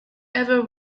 ever